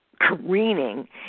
careening